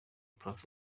prof